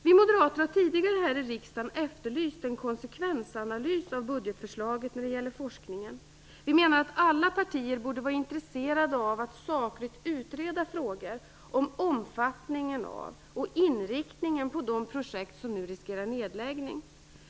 Vi moderater har tidigare här i riksdagen efterlyst en konsekvensanalys av budgetförslaget när det gäller forskningen. Vi menar att alla partier borde vara intresserade av att sakligt utreda frågor om omfattningen av och inriktningen på de projekt som nu riskerar nedläggning.